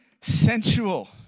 sensual